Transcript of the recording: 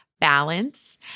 balance